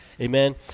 Amen